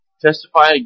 Testify